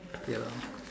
ya lah